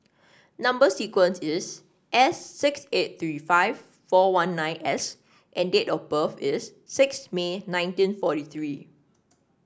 number sequence is S six eight three five four one nine S and date of birth is sixth May nineteen forty three